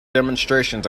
demonstrations